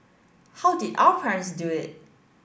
how did our parents do it